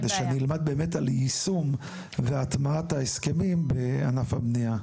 כדי שאני אלמד על יישום והטמעת ההסכמים בענף הבנייה.